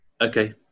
okay